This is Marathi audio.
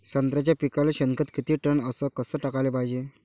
संत्र्याच्या पिकाले शेनखत किती टन अस कस टाकाले पायजे?